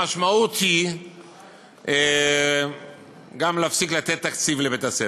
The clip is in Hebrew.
המשמעות היא גם להפסיק לתת תקציב לבית-הספר.